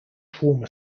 trauma